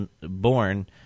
born